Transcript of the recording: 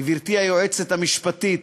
גברתי היועצת המשפטית,